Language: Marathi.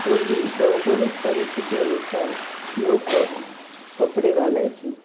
पूर्वी भौगोलिक परिस्थिती अनुसार लोकं कपडे घालायचे